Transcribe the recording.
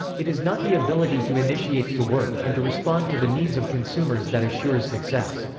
it is not the ability to initiate, to work, and to respond to the needs of consumers that assures success.